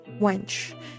wench